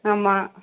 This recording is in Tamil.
ஆமாம்